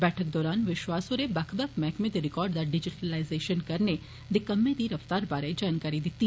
बैठक दौरान विश्वास होरें बक्ख बक्ख मैहकमें दे रिकार्ड दा डिजिटिलाइजेशन करने दे कम्मै दी रफतार बारै जानकारी दिती